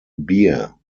beer